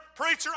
preacher